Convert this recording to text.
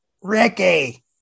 Ricky